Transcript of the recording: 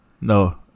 No